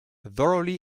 thoroughly